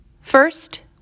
First